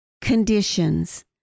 Conditions